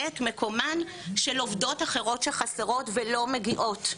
את מקומן של עובדות אחרות שחסרות ולא מגיעות,